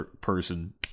person